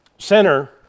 center